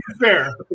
fair